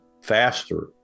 faster